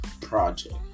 project